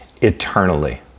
eternally